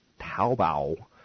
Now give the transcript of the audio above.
Taobao